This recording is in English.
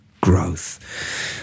growth